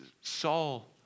Saul